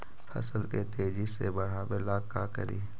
फसल के तेजी से बढ़ाबे ला का करि?